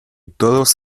todos